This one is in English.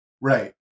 Right